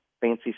fancy